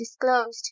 disclosed